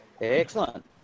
excellent